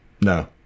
No